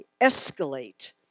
escalate